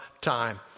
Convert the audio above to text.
time